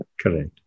Correct